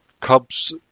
cubs